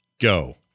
go